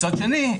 מצד שני,